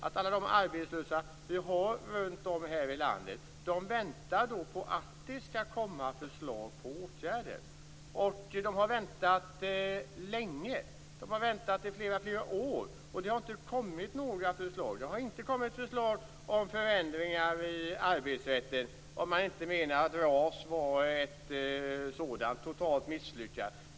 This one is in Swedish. Alla arbetslösa runt om i landet väntar på att det skall komma förslag till åtgärder. De har väntat länge - de har nämligen väntat i flera år - men det har inte kommit några förslag. Det har inte kommit några förslag om förändringar i arbetsrätten, om man nu inte menar att RAS var ett sådant förslag - dock totalt misslyckat.